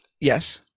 Yes